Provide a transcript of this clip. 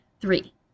Three